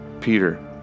Peter